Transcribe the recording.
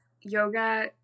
yoga